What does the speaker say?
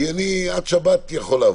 כי אני עד שבת יכול לעבוד,